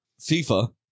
FIFA